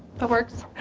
that works.